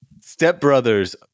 Stepbrothers